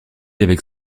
avec